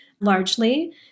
largely